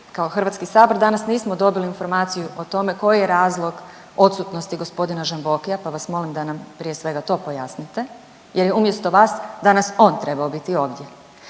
kao HS danas nismo dobili informaciju o tome koji je razlog odsutnosti g. Žambokija pa vas molim da nam prije svega to pojasnite jer je umjesto vas danas on trebao biti ovdje,